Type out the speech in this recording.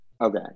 Okay